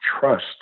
trust